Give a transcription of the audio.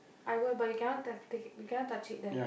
I will but you cannot take it you cannot touch it then